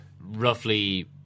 roughly